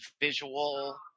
visual